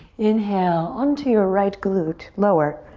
inhale on to your right glute, lower.